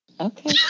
Okay